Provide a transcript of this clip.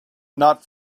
not